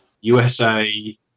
USA